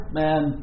man